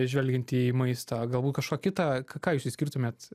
žvelgiant į maistą galbūt kažką kitą ką jūs išskirtumėt